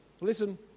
Listen